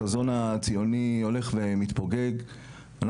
החזון הציוני הולך ומתפוגג,